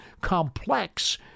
complex